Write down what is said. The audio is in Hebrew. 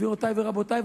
גבירותי ורבותי.